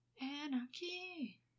Anarchy